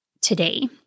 today